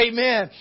Amen